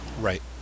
Right